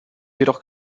jedoch